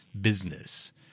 business